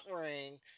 ring